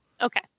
Okay